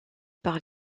par